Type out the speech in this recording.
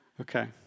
Okay